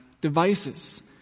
devices